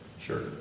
Sure